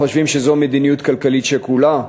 חושבים שזו מדיניות כלכלית שקולה,